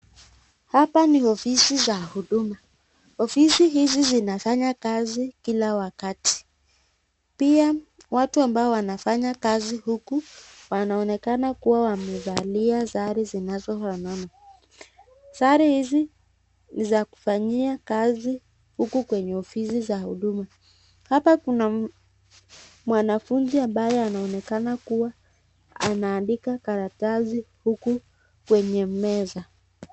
Hapa ni ofisi za huduma , ofisi hizi zinafanya kazi kila wakati ,pia watu ambao wanafanya kazi huku wanaonekana kuwa wamevalia sare zinazofanana, sare hizi ni za kufanyia kazi huku kwenye ofisi za huduma ,hapa kuna mwanafunzi ambaye anaonekana kuwa anaandika karatasi huku kwenye meza.